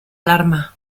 alarma